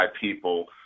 people